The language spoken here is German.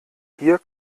hier